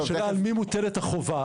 על מי מוטלת החובה?